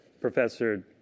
Professor